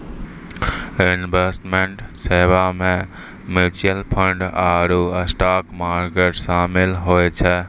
investment सेबा मे mutual fund आरु स्टाक मार्केट शामिल होय छै